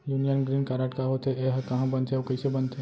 Union green card का होथे, एहा कहाँ बनथे अऊ कइसे बनथे?